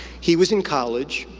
he was in college,